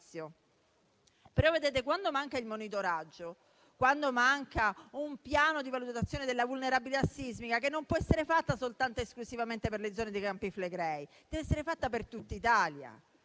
Vedete, quando manca il monitoraggio; quando manca un piano di valutazione della vulnerabilità sismica, che può essere fatto non solo ed esclusivamente per le zone dei Campi Flegrei, ma per tutta Italia;